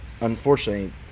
unfortunately